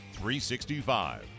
365